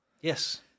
Yes